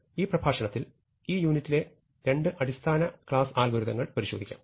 ഈ പ്രഭാഷണത്തിൽ ഈ യൂണിറ്റിലെ രണ്ട് അടിസ്ഥാന ക്ലാസ് അൽഗോരിതങ്ങൾ പരിശോധിക്കാം